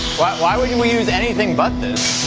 why wouldn't we use anything but this?